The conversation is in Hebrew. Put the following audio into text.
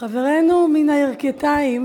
חברינו מן הירכתיים,